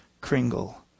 Kringle